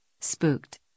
spooked